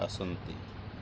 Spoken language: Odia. ଆସନ୍ତି